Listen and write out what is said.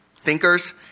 thinkers